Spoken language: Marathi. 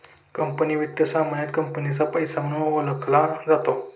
कंपनी वित्त सामान्यतः कंपनीचा पैसा म्हणून ओळखला जातो